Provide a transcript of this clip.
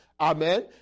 Amen